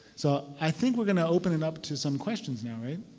so i think we're going to open it up to some questions now, right?